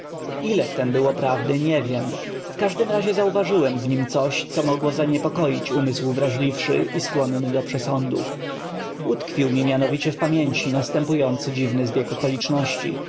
ile w tem było praw dy nie wiem w każ dym razie zauważyłem w nim coś co m ogło zaniepokoić um ysł wrażliwszy i skłonny do przesądów u tkw ił mi m ianowicie w pamięci n astępujący dziwny zbieg okoliczności